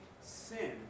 sin